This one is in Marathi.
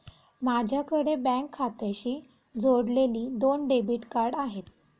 माझ्याकडे बँक खात्याशी जोडलेली दोन डेबिट कार्ड आहेत